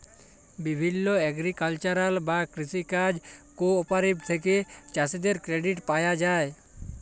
বিভিল্য এগ্রিকালচারাল বা কৃষি কাজ কোঅপারেটিভ থেক্যে চাষীদের ক্রেডিট পায়া যায়